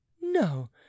No